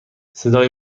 صدای